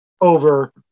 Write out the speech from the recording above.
over